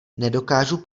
nedokážu